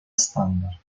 estándar